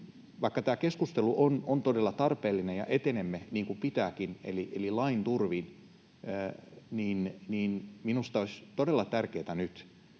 Vaikka tämä keskustelu on todella tarpeellinen ja etenemme niin kuin pitääkin eli lain turvin, niin minusta olisi todella tärkeätä nyt,